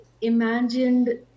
imagined